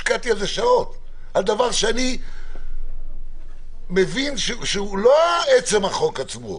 השקעתי שעות בדבר שאני מבין שהוא לא החוק עצמו,